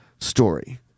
Story